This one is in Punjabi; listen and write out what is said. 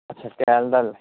ਅੱਛਾ ਸੈਲ ਦਾ